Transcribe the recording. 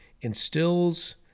instills